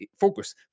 focus